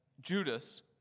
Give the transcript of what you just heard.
Judas